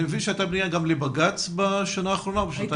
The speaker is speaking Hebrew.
אני מבין שהייתה פניה גם לבג"צ בשנה האחרונה או בשנתיים האחרונות?